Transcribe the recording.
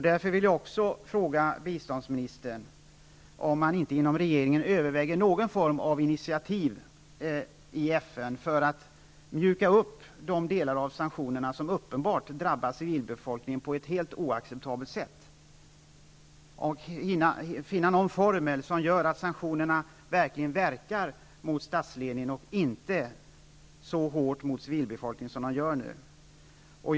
Därför vill jag också fråga statsrådet om man inte inom regeringen överväger något slag av initiativ i FN för att mjuka upp de delar av sanktionerna som uppenbarligen drabbar civilbefolkningen på ett helt oacceptabelt sätt och finna en formel som gör att sanktionerna verkar mot statsledningen och inte drabbar civilbefolkningen så hårt som de gör nu.